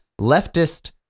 leftist